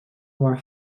were